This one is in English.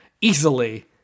easily